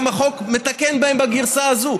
החוק מתקן את זה בגרסה הזאת.